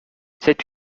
cet